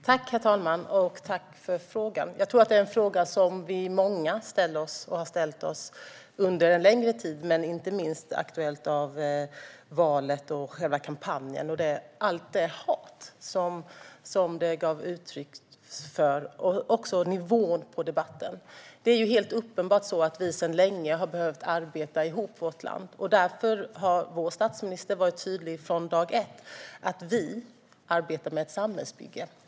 Herr talman! Jag tackar ledamoten för frågan. Jag tror att många av oss har ställt sig denna fråga under en längre tid, inte minst på grund allt det hat som det gavs uttryck för i valkampanjen och nivån på debatten. Det är uppenbart att vi sedan länge har behövt arbeta ihop vårt land. Därför har statsministern från dag ett varit tydlig med att vi arbetar med ett samhällsbygge.